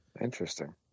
Interesting